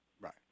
Right